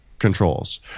controls